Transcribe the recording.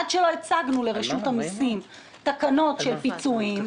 רק כשהצגנו לרשות המסים תקנות של פיצויים.